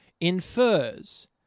infers